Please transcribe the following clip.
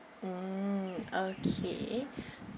mm okay